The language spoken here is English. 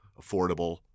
affordable